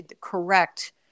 correct